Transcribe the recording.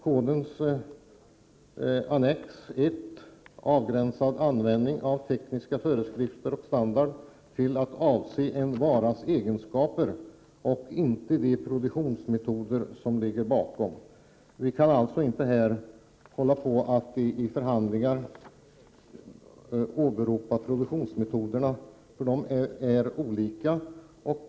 Kodens annex 1 avgränsar användningen av tekniska föreskrifter och standarder till att avse en varas egenskaper, inte de produktionsmetoder som ligger bakom. Vi kan alltså inte i förhandlingar åberopa produktionsmetoderna, för de är olika.